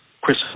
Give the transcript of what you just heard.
Chris